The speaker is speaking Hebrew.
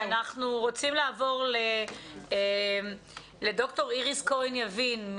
אנחנו רוצים לעבור לד"ר איריס כהן-יבין,